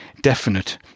definite